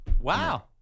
Wow